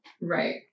Right